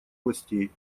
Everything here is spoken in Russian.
властей